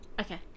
Okay